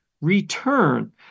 return